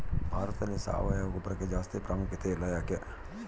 ಭಾರತದಲ್ಲಿ ಸಾವಯವ ಗೊಬ್ಬರಕ್ಕೆ ಜಾಸ್ತಿ ಪ್ರಾಮುಖ್ಯತೆ ಇಲ್ಲ ಯಾಕೆ?